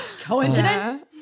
Coincidence